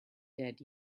dead